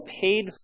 paid